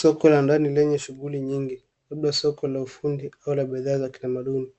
Soko la ndani lenye shughuli nyingi labda soko la ufundi au la bidhaa za kitamaduni.